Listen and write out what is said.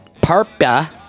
Parpa